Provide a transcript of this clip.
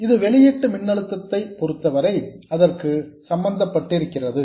இது வெளியீட்டு மின்னழுத்தத்தை பொருத்தவரை அதற்கு சம்பந்தப்பட்டிருக்கிறது